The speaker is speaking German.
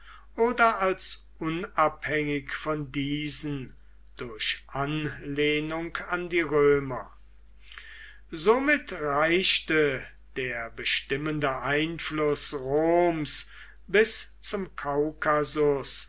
oder als unabhängig von diesen durch anlehnung an die römer somit reichte der bestimmende einfluß roms bis zum kaukasus